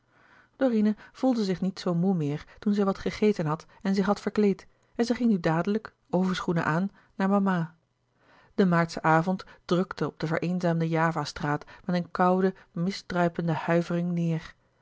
dorine voelde zich niet zoo moê meer toen zij wat gegeten had en zich had verkleed en zij ging nu dadelijk overschoenen aan naar mama de maartsche avond drukte op de vereenzaamde java straat met een koude mistdruipende huivering neêr